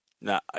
Now